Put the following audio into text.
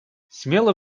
смело